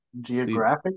Geographic